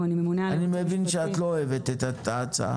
אני מבין שאת לא אוהבת את ההצעה.